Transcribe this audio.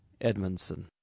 Edmondson